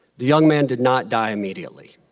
the young man did not die immediately.